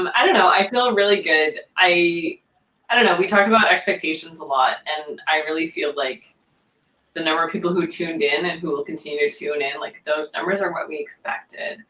i don't know. i feel really good. i i don't know. we talked about expectations a lot and i really feel like the number of people who tuned in and who will continue to tune in, like those numbers are what we expected.